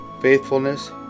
faithfulness